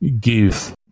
give